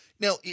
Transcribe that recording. Now